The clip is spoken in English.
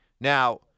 Now